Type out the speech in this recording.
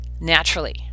naturally